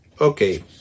okay